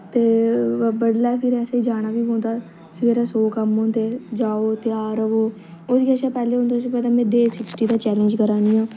ते बडलै फिर असें जाना बी पौंदा सवेरे सौ कम्म होंदे जाओ त्यार होवो ओह्दे कशा पैह्लें हून तुसें पता में डे सिक्सटी दा चैलेंज करा नी आं